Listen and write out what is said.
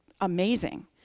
amazing